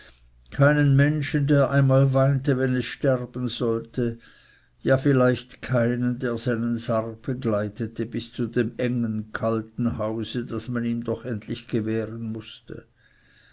keinen menschen der einmal weinte wenn es sterben sollte ja vielleicht keinen der seinen sarg begleitete bis zu dem engen kalten hause das man ihm endlich doch gewähren mußte